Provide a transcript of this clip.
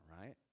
right